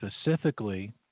specifically